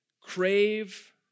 crave